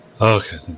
Okay